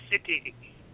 City